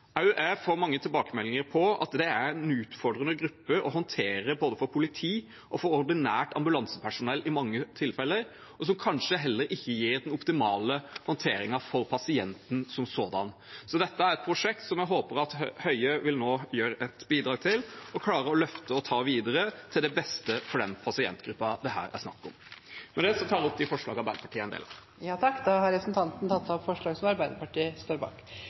jeg får mange tilbakemeldinger om at dette er en utfordrende gruppe å håndtere både for politi og for ordinært ambulansepersonell i mange tilfeller, og som kanskje heller ikke gir den optimale håndteringen for pasienten som sådan. Så dette er et prosjekt vi håper Høie nå vil gjøre et bidrag for, løfte det og ta det videre, til det beste for den pasientgruppen det her er snakk om. Med det tar jeg opp det forslaget Arbeiderpartiet er en del av. Da har representanten Tellef Inge Mørland tatt opp